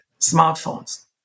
smartphones